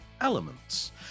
elements